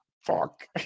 Fuck